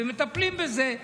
ומטפלים בזה.